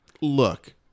look—